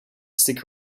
stick